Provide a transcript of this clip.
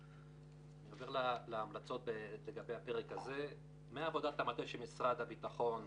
אני עובר להמלצות לגבי הפרק הזה מעבודת המטה שמשרד הביטחון ערך,